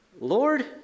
Lord